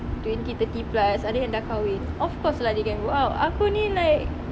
twenty thirty plus ada yang dah kahwin of course lah they can go out aku ni like